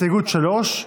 הסתייגות 3,